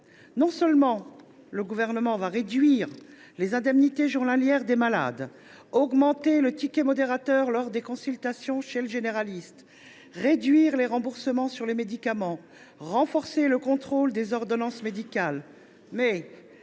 Non seulement le Gouvernement va réduire les indemnités journalières des malades, augmenter le ticket modérateur lors des consultations chez le généraliste, réduire les remboursements sur les médicaments, renforcer le contrôle des ordonnances médicales, mais